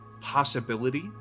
possibility